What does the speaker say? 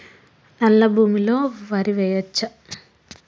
నల్లా భూమి లో వరి వేయచ్చా?